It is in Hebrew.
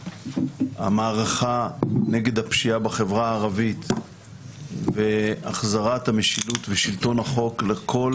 המערכה נגד הפשיעה בחברה הערבית והחזרת המשילות ושלטון החוק לכל